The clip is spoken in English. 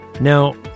Now